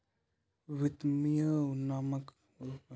वित्तीय मानक लेखांकन फाउंडेशन द्वारा चलैलो जाय छै